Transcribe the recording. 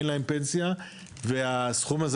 אין להם פנסיה והסכום הזה,